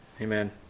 Amen